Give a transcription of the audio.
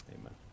Amen